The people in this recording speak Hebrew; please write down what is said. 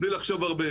בלי לחשוב הרבה,